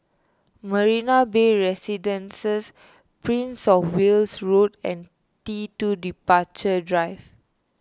Marina Bay Residences Prince of Wales Road and T two Departure Drive